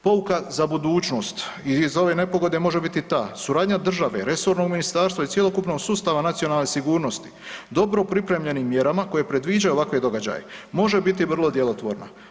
Pouka za budućnost iz ove nepogode može biti ta, suradnja države, resornog ministarstva i cjelokupnog sustava nacionalne sigurnosti dobro pripremljenim mjerama koje predviđaju ovakve događaje može biti vrlo djelotvorna.